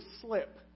slip